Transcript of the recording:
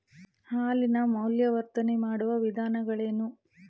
ಹಾಲಿನ ಮೌಲ್ಯವರ್ಧನೆ ಮಾಡುವ ವಿಧಾನಗಳೇನು?